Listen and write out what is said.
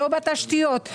לא בתשתיות,